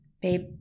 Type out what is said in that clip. Babe